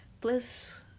bliss